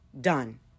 done